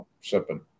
Sipping